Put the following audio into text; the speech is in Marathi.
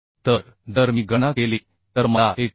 तर जर मी गणना केली तर मला 69